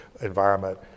environment